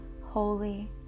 holy